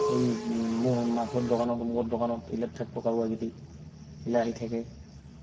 এই মোৰ মাংসৰ দোকানতো মোৰ দোকানত এইগিলাক থাকব কাউৰাকিদি এইগিলা আহি থাকে